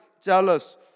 jealous